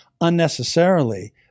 unnecessarily